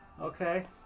Okay